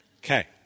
okay